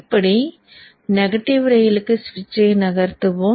இப்படி நெகட்டிவ் ரெயிலுக்கு சுவிட்சை நகர்த்துவோம்